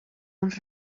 uns